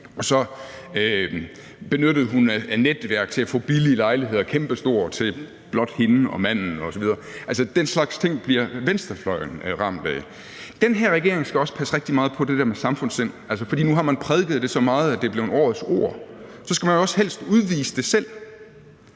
og så benyttede hun netværk til at få en billig lejlighed, kæmpestor til blot hende og manden, osv. Altså, den slags ting bliver venstrefløjen ramt af. Den her regering skal også passe rigtig meget på det der med samfundssind. For nu har man prædiket det så meget, at det er blevet årets ord, og så skal man jo også helst udvise det selv.